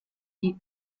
die